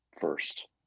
first